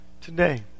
today